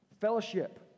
Fellowship